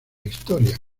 historia